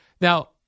Now